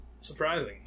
Surprising